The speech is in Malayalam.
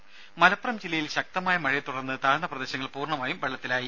രുമ മലപ്പുറം ജില്ലയിൽ ശക്തമായ മഴയെ തുടർന്ന് താഴ്ന്ന പ്രദേശങ്ങൾ പൂർണ്ണമായും വെള്ളത്തിലായി